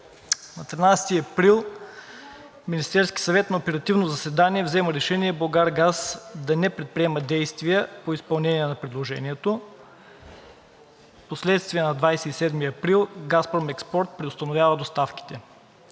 На 13 април Министерският съвет на оперативно заседание взема решение „Булгаргаз“ да не предприема действия по изпълнение на предложението. Впоследствие на 27 април „Газпром Експорт“ преустановява доставките.